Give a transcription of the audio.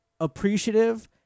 appreciative